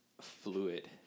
fluid